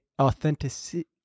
authenticity